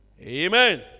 Amen